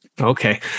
Okay